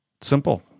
simple